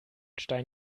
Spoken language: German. stein